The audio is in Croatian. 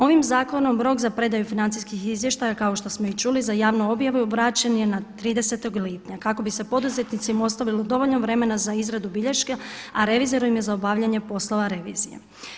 Ovim zakonom rok za predaju financijskih izvještaja kao što smo i čuli za javnu objavu vraćen je na 30. lipnja kako bi se poduzetnicima ostavilo dovoljno vremena za izradu bilješke a revizor im je za obavljanje poslova revizije.